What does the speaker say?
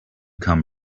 come